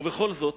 ובכל זאת,